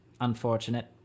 unfortunate